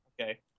Okay